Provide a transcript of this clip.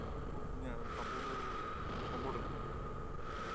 খুব ধুনীয়া আৰু কাপোৰটো মানে কম্ফৰ্টেবল